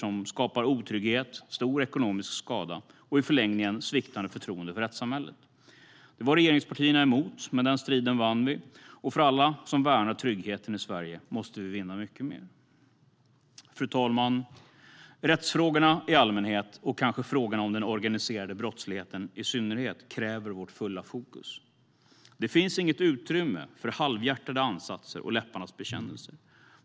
Den skapar både otrygghet och stor ekonomisk skada och i förlängningen sviktande förtroende för rättssamhället. Det var regeringspartierna emot, men den striden vann vi. För alla som värnar tryggheten i Sverige måste vi vinna mycket mer. Fru talman! Rättsfrågorna i allmänhet, och kanske frågorna om den organiserade brottsligheten i synnerhet, kräver vårt fulla fokus. Det finns inget utrymme för halvhjärtade ansatser och läpparnas bekännelser.